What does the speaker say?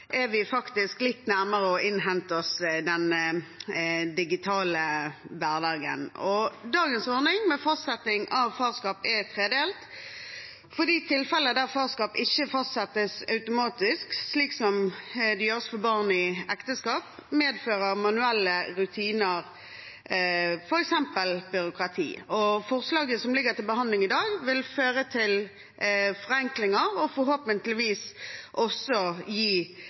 er vi faktisk litt nærmere å innhente den digitale hverdagen. Dagens ordning med fastsetting av farskap er tredelt. For de tilfeller der farskap ikke fastsettes automatisk, slik som det gjøres for barn født i ekteskap, medfører manuelle rutiner f.eks. byråkrati. Forslaget som ligger til behandling i dag, vil føre til forenkling og vil forhåpentligvis også gi